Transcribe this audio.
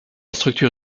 structure